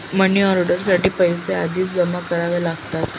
money order साठी पैसे आधीच जमा करावे लागतात